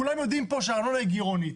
כולם יודעים פה שהארנונה גרעונית.